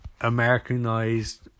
americanized